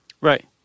Right